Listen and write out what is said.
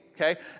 okay